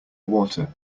water